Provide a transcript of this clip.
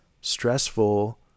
stressful